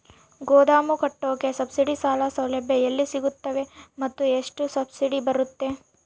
ಗೋದಾಮು ಕಟ್ಟೋಕೆ ಸಬ್ಸಿಡಿ ಸಾಲ ಸೌಲಭ್ಯ ಎಲ್ಲಿ ಸಿಗುತ್ತವೆ ಮತ್ತು ಎಷ್ಟು ಸಬ್ಸಿಡಿ ಬರುತ್ತೆ?